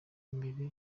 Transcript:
imbere